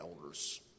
elders